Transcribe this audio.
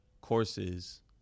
courses